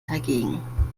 dagegen